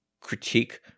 critique